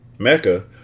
Mecca